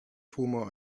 tumor